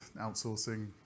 outsourcing